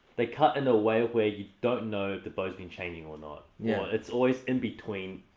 they cut in the way where you don't know the bow's been changing or not. yeah. or it's always in between.